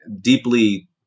deeply